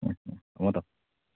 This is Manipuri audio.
ꯎꯝ ꯎꯝ ꯊꯝꯃꯣ ꯊꯝꯃꯣ